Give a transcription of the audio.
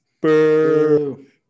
Boo